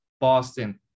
Boston